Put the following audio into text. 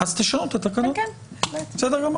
אז תשנו את התקנות, בסדר גמור.